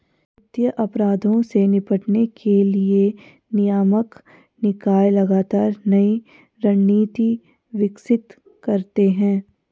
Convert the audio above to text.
वित्तीय अपराधों से निपटने के लिए नियामक निकाय लगातार नई रणनीति विकसित करते हैं